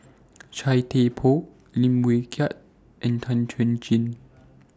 Chia Thye Poh Lim Wee Kiak and Tan Chuan Jin